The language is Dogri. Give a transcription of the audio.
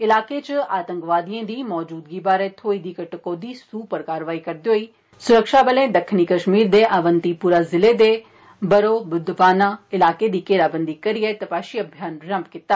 इलाकें इच आतंकवादिएं दी मौजूदगी बारे थ्होई दी इक टकोदी सूह उप्पर कारवाई करदे होई सुरक्षाबलें दक्खनी कष्मीर दे आवंतीपोरा ज़िले दे बरो बूंदवाना इलाके दी घेराबंदी करिए तपाषी अभियान रम्भ कीता